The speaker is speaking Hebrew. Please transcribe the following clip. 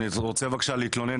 אני רוצה להתלונן,